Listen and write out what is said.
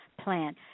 plan